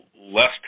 less